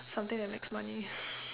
something that makes money